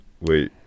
wait